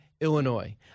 Illinois